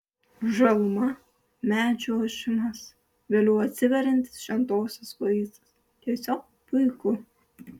žaluma medžių ošimas vėliau atsiveriantis šventosios vaizdas tiesiog puiku